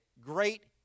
great